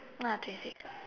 ah twenty six